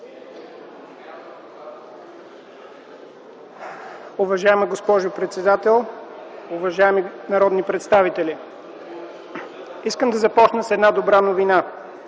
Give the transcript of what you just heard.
Уважаема госпожо председател, уважаеми народни представители! Искам да започна с една добра новина.